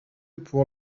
pour